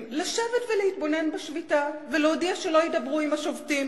לשבת ולהתבונן בשביתה ולהודיע שלא ידברו עם השובתים.